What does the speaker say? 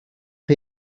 chi